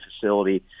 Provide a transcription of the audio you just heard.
facility